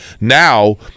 Now